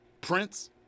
Prince